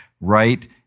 right